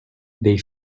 they